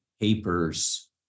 papers